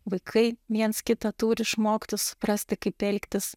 vaikai viens kitą turi išmokti suprasti kaip elgtis